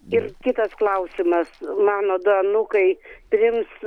ir kitas klausimas mano du anūkai priims